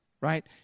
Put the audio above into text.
right